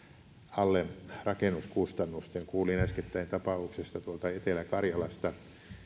alle rakennuskustannusten kuulin äskettäin tapauksesta tuolta etelä karjalasta